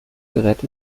gerät